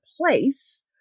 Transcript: place